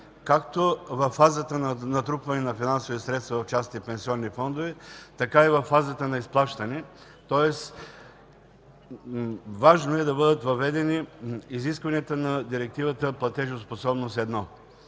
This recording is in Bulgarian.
както във фазата на натрупване на финансови средства в частните пенсионни фондове, така и във фазата на изплащане, тоест важно е да бъдат въведени изискванията на Директива „Платежоспособност І”.